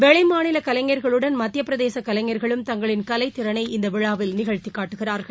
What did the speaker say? வெளிமாநில கலைஞர்களுடன் மத்தியப்பிரதேச கலைஞர்களும் தங்களின் கலைத்திறனை இந்த விழாவில் நிகழ்த்தி காட்டுகிறார்கள்